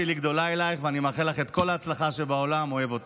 בהצלחה, אורנה.